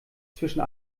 zwischen